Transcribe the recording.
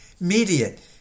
immediate